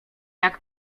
jak